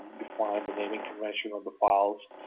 define the naming convention of the files,